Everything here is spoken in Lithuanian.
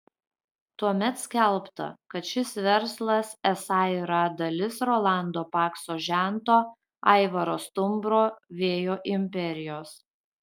tuomet skelbta kad šis verslas esą yra dalis rolando pakso žento aivaro stumbro vėjo imperijos